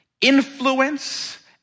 influence